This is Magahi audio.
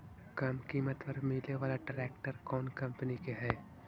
कम किमत पर मिले बाला ट्रैक्टर कौन कंपनी के है?